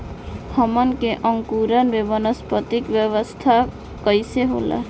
हमन के अंकुरण में वानस्पतिक अवस्था कइसे होला?